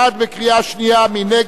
מי נגד?